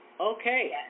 Okay